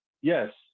Yes